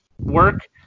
work